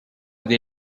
des